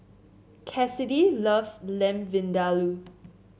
Kassidy loves Lamb Vindaloo